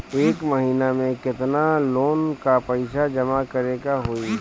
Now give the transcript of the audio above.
एक महिना मे केतना लोन क पईसा जमा करे क होइ?